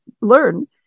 learn